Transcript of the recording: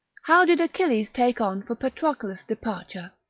how did achilles take on for patroclus' departure?